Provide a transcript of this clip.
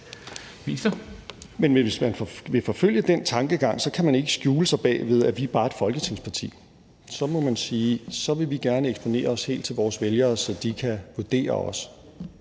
hvis man vil forfølge den tankegang, kan man ikke skjule sig bag ved at sige, at vi er bare et folketingsparti. Så må man sige: Så vil vi gerne eksponere os helt for vores vælgere, så de kan vurdere os